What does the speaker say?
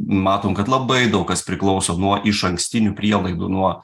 matom kad labai daug kas priklauso nuo išankstinių prielaidų nuo